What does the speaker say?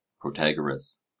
protagoras